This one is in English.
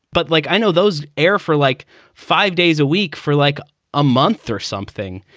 but like i know those air for like five days a week for like a month or something.